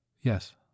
Yes